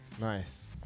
Nice